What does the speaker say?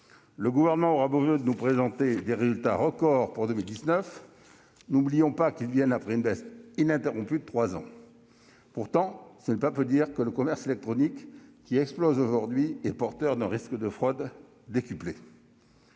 Le Gouvernement aura beau jeu de nous présenter des résultats record pour 2019, n'oublions pas qu'ils viennent après une baisse ininterrompue de trois ans ! Ce n'est pas peu dire pourtant que le commerce électronique, qui explose aujourd'hui, est porteur d'un risque de fraude décuplé.